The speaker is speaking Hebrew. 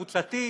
קבוצתית,